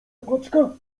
paczka